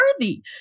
worthy